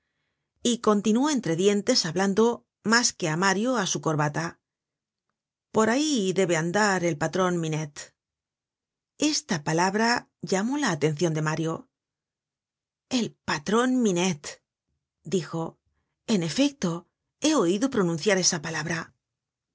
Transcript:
y continuó entre dientes hablando masque á mario á su corbata por ahí debe de andar el patron minette esta palabra llamó la atencio de mario el patron minette dijo en efecto he oido pronunciar esa palabra